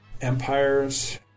Empires